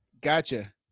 gotcha